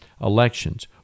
elections